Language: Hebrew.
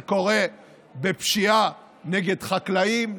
זה קורה בפשיעה נגד חקלאים,